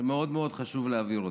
שמאוד מאוד חשוב להעביר אותו,